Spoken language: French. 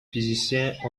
physiciens